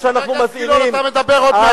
חבר הכנסת גילאון, אתה מדבר עוד מעט.